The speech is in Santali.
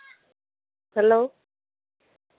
ᱦᱮᱞᱳ